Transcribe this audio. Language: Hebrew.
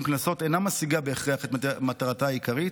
קנסות אינה משיגה בהכרח את מטרתה העיקרית,